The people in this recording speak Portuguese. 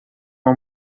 uma